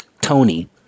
Tony